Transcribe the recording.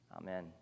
Amen